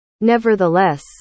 Nevertheless